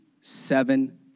seven